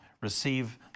receive